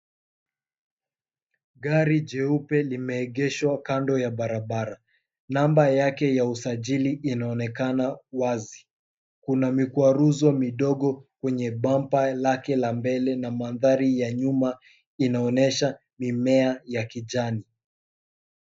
Gari jeupe limeegeshwa kando ya barabara. Namba yake ya usajili unaonekana wazi. Kuna mikwaruzo midogo kwenye bumper lake la mbele na mandhari ya nyuma inaonyesha mimea ya kijani.